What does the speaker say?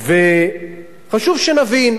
וחשוב שנבין: